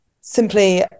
Simply